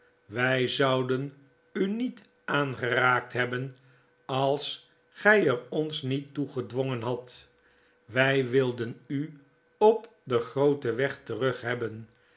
wy zouden u nietaangeraakthebben als gij er ons niet toe gedwongen hadt wy wilden u op den grooten weg terug